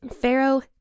Pharaoh